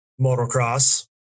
motocross